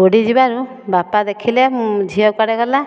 ବୁଡ଼ିଯିବାରୁ ବାପା ଦେଖିଲେ ମୁଁ ଝିଅ କୁଆଡ଼େ ଗଲା